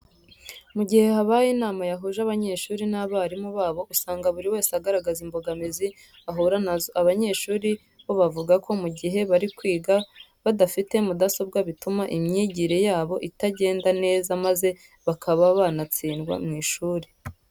Mu gihe habaye inama yahuje abanyeshuri n'abarimu babo usanga buri wese agaragaza imbogamizi ahura na zo. Abanyeshuri bo bavuga ko mu gihe bari kwiga badafite mudasobwa bituma imyigire yabo itagenda neza maze bakaba banatsindwa mu ishuri.